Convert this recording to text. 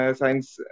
science